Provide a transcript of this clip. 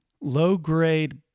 low-grade